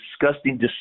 disgusting